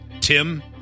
Tim